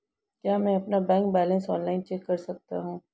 क्या मैं अपना बैंक बैलेंस ऑनलाइन चेक कर सकता हूँ?